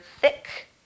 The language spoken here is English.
thick